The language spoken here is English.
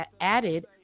added